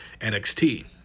NXT